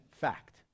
fact